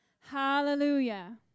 Hallelujah